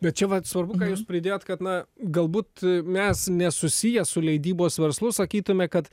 bet čia vat svarbu ką jūs pridėjot kad na galbūt mes nesusiję su leidybos verslu sakytume kad